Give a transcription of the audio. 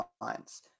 lines